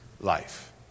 life